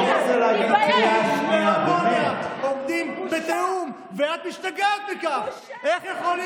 תתבייש, תוריד את העיניים שלך כשאתה מדבר על